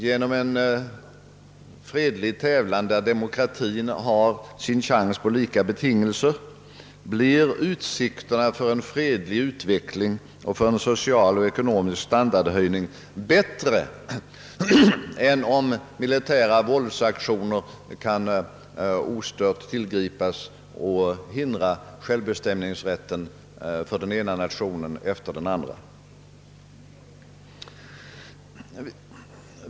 Genom en fredlig tävlan där demokratien har sin chans med lika betingelser blir utsikterna för en fredlig utveckling och för en social och ekonomisk standardhöjning bättre än om militära våldsaktioner ostört kan tillgripas och hindra självbestämningsrätten för den ena nationen efter den andra.